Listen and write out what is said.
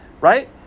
right